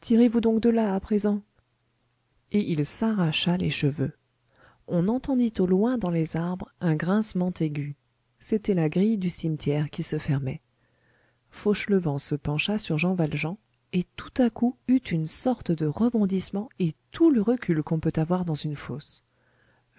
donc de là à présent et il s'arracha les cheveux on entendit au loin dans les arbres un grincement aigu c'était la grille du cimetière qui se fermait fauchelevent se pencha sur jean valjean et tout à coup eut une sorte de rebondissement et tout le recul qu'on peut avoir dans une fosse